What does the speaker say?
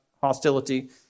hostility